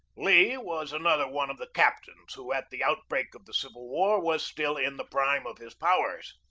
lee was another one of the captains who, at the outbreak of the civil war, was still in the prime of his powers.